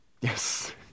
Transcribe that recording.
Yes